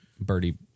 Birdie